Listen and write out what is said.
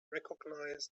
recognize